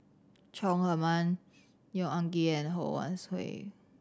Chong Heman Neo Anngee and Ho Wan Hui